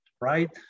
right